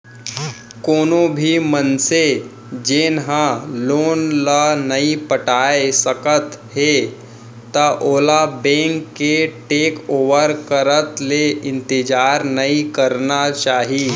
कोनो भी मनसे जेन ह लोन ल नइ पटाए सकत हे त ओला बेंक के टेक ओवर करत ले इंतजार नइ करना चाही